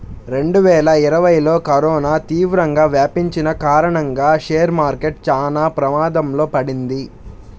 రెండువేల ఇరవైలో కరోనా తీవ్రంగా వ్యాపించిన కారణంగా షేర్ మార్కెట్ చానా ప్రమాదంలో పడింది